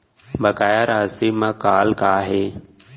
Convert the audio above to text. बकाया राशि मा कॉल का हे?